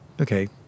okay